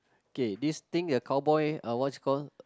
okay this thing a cowboy uh what's it called